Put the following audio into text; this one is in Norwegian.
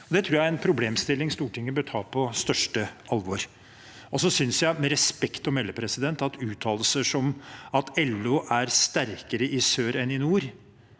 Det tror jeg er en problemstilling Stortinget bør ta på største alvor. Så synes jeg, med respekt å melde, at uttalelser som at LO er sterkere i sør enn i nord,